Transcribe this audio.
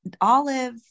olive